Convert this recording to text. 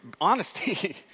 honesty